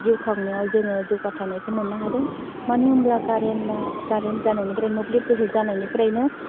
जिउ खांनायाव जोङो जौगाथाइनायखौ मोननो हादों मानो होमब्ला कारेन्टआ कारेन्ट जानायनिफ्राय मोब्लिब गोहो जानायनिफ्रायनो